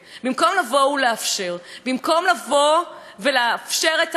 במקום לבוא ולאפשר את הפרטיות הזאת,